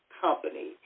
company